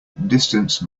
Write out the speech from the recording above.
distance